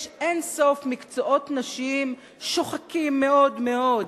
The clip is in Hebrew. יש אין-סוף מקצועות נשיים שוחקים מאוד מאוד.